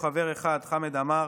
חבר אחד: חמד עמאר,